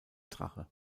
drache